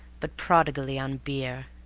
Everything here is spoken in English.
but prodigally on beer.